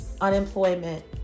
unemployment